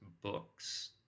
books